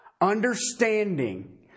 understanding